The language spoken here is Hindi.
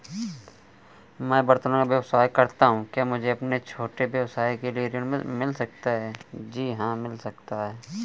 मैं बर्तनों का व्यवसाय करता हूँ क्या मुझे अपने छोटे व्यवसाय के लिए ऋण मिल सकता है?